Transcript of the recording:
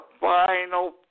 final